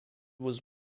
was